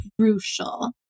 crucial